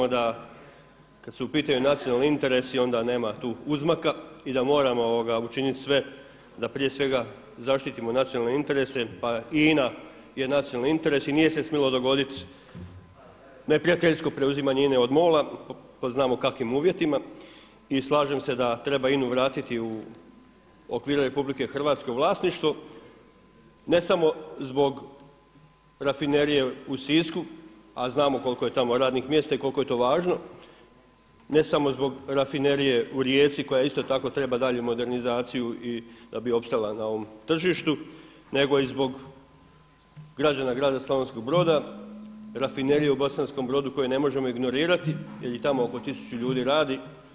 Kolega i ja i vi se slažemo da kada su u pitanju nacionalni interesi onda nema tu uzmaka i da moramo učiniti sve da prije svega zaštitimo nacionalne interese pa i INA je nacionalni interes i nije se smjelo dogoditi neprijateljsko preuzimanje INA-e od MOL-a po znamo kakvim uvjetima i slažem se da treba INA-u vratiti u okvire RH u vlasništvo ne samo zbog Rafinerije u Sisku, a znamo koliko je tamo radnih mjesta i koliko je to važno ne samo zbog Rafinerije u Rijeci koja isto tako treba dalje modernizaciju i da bi opstala na ovom tržištu nego i zbog građana grada Slavonskog Broda, Rafinerije u Bosanskom Brodu koji ne možemo ignorirati jer i tamo oko 1000 ljudi radi.